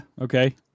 okay